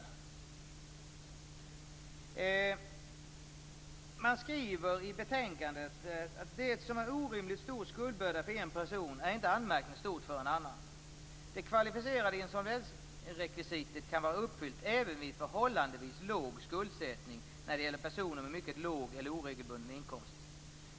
Utskottet skriver i betänkandet: "Det som är en orimligt stor skuldbörda för en person är inte anmärkningsvärt stor för en annan. Det kvalificerade insolvensrekvisitet kan vara uppfyllt även vid förhållandevis låg skuldsättning när det gäller personer med mycket låg eller oregelbunden inkomst.